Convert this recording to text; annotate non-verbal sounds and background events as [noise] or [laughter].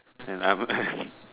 and I'm [laughs]